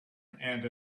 and